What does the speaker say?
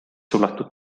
suletud